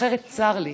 אחרת, צר לי.